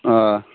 آ